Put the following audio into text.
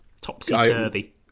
Topsy-turvy